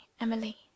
Emily